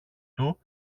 του